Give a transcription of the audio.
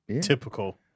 Typical